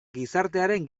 gizartearen